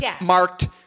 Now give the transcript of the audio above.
marked